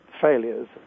failures